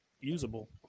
usable